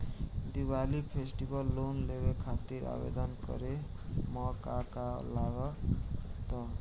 Diwali festival loan लेवे खातिर आवेदन करे म का का लगा तऽ?